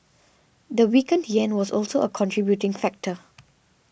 the weakened yen was also a contributing factor